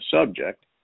subject